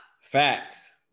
Facts